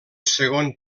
segon